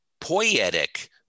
poetic